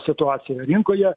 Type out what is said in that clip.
situaciją rinkoje